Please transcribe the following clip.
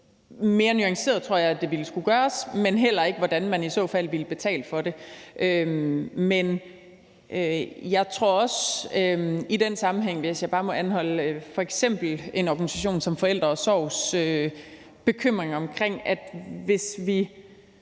– jeg tror, at det ville skulle gøres mere nuanceret – og heller ikke på, hvordan man i så fald ville betale for det. Jeg tror også i den sammenhæng, hvis jeg bare må anholde f.eks. en organisation som Forældre & Sorgs bekymring, at hvis vi,